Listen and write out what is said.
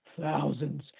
thousands